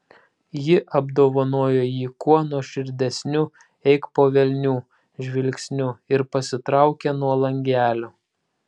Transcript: ji apdovanojo jį kuo nuoširdesniu eik po velnių žvilgsniu ir pasitraukė nuo langelio